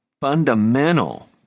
fundamental